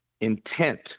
intent